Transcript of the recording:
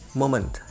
moment